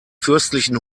fürstlichen